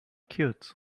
cute